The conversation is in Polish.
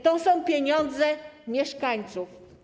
To są pieniądze mieszkańców.